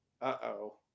Uh-oh